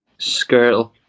Skirtle